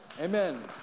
Amen